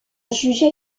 jugeait